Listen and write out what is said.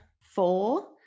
four